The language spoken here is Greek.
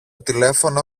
τηλέφωνο